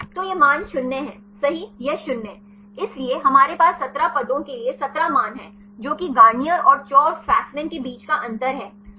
तो ये मान 0 हैसही यह 0 इसलिए हमारे पास 17 पदों के लिए 17 मान हैं जो कि गार्नियर और चौ और फासमैन के बीच का अंतर है